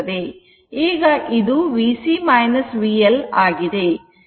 ಈಗ ಇದು VC VL ಆಗಿದೆ